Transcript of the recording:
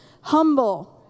humble